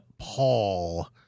Paul